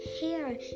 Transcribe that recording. hair